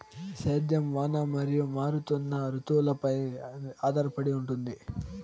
సేద్యం వాన మరియు మారుతున్న రుతువులపై ఆధారపడి ఉంటుంది